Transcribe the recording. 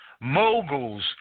moguls